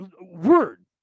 word